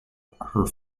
her